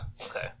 Okay